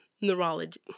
neurology